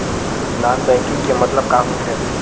Non banking के मतलब का होथे?